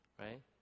right